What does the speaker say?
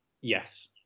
Yes